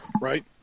Right